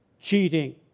cheating